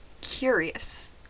curious